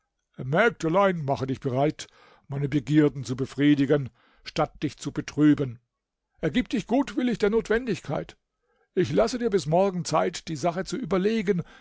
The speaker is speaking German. mägdlein mache dich bereit meine begierden zu befriedigen statt dich zu betrüben ergib dich gutwillig der notwendigkeit ich lasse dir bis morgen zeit die sache zu überlegen